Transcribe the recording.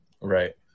right